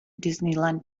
disneyland